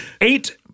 eight